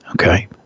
Okay